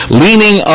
leaning